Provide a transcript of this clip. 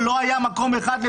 מחכים במכוניות עם ילדים